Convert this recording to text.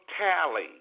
tally